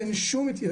אין שום,